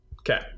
Okay